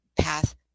path